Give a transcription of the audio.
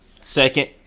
Second